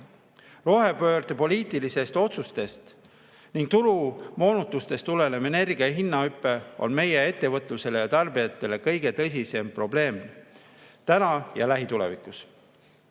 Rohepöörde poliitilistest otsustest ning turumoonutustest tulenev energia hinna hüpe on meie ettevõtlusele ja tarbijatele kõige tõsisem probleem täna ja lähitulevikus. Isamaa